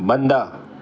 बंद